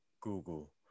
google